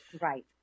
Right